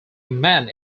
man